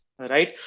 right